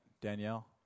Danielle